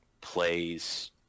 plays